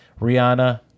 Rihanna